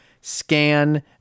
scan